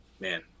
man